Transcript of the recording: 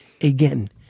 again